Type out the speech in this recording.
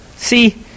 See